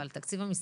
אבל התקציב המשרדי